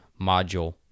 module